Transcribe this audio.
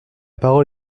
parole